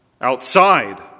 Outside